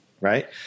Right